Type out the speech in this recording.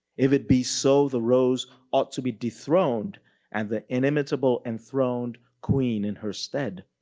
if it be so the rose ought to be dethroned and the inimitable enthroned queen in her stead.